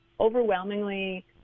overwhelmingly